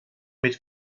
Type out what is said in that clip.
mit